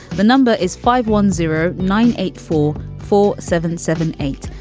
the number is five one zero nine eight four four seven seven eight.